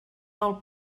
del